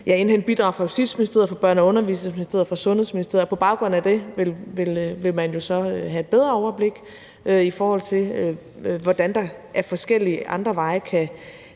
at indhente bidrag fra Justitsministeriet, fra Børne- og Undervisningsministeriet og fra Sundhedsministeriet. Og på baggrund af det vil man jo så have et bedre overblik over, hvordan der ad forskellige andre veje kan